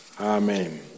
Amen